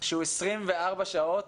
שהוא 24 שעות